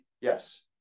Yes